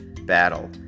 battle